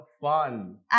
fun